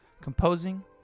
composing